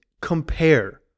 compare